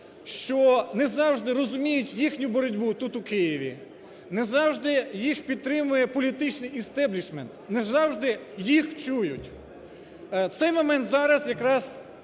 що не завжди розуміють їхню боротьбу тут, у Києві, не завжди їх підтримує політичний істеблішмент, не завжди їх чують. Цей момент зараз якраз